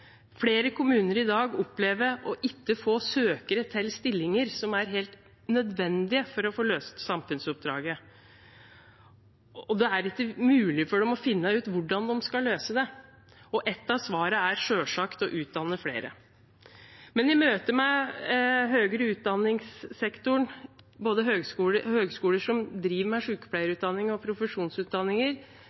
Flere kommuner opplever i dag å ikke få søkere til stillinger som er helt nødvendige for å få løst samfunnsoppdraget. Det er ikke mulig for dem å finne ut hvordan de skal løse det. Ett av svarene er selvsagt å utdanne flere. Men i møte med sektoren for høyere utdanning – og det gjelder høyskoler som driver med både sykepleierutdanning og